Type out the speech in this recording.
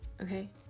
okay